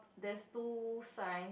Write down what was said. there's two sign